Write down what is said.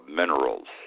minerals